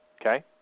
Okay